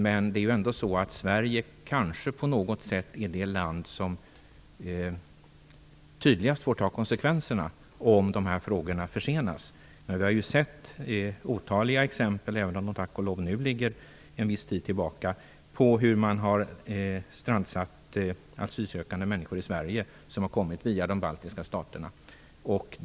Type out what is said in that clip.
Men Sverige är på något sätt det land som tydligast får ta konsekvenserna om dessa frågor försenas. Vi har sett otaliga exempel - även om de nu tack och lov ligger en viss tid tillbaka - på hur man har strandsatt asylsökande människor i Sverige som har kommit via de baltiska staterna.